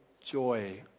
joy